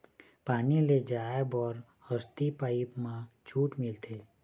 पानी ले जाय बर हसती पाइप मा छूट मिलथे?